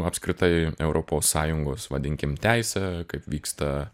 apskritai europos sąjungos vadinkim teise kaip vyksta